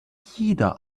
jeder